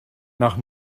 nach